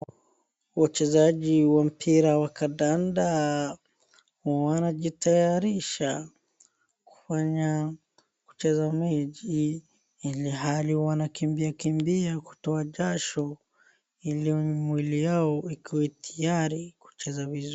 Wachezaji wa mpira wa kadanda, wanajitayarisha kufanya, kucheza mechi, ilhali wanakimbia kimbia kutoa jasho, ili mwili yao ikuwe tiyari, kucheza vizuri.